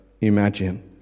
imagine